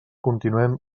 continuem